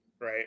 right